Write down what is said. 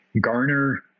garner